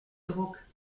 druck